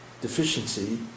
deficiency